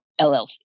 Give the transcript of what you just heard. LLC